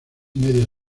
media